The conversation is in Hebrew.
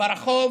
ברחוב,